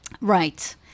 Right